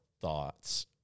thoughts